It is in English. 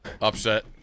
Upset